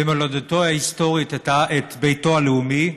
במולדתו ההיסטורית, את ביתו הלאומי.